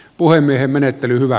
puhemiehen menettely hyvä